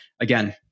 again